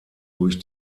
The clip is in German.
durch